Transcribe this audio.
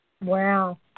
Wow